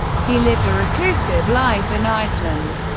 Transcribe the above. he lived a reclusive life in iceland,